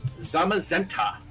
Zamazenta